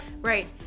Right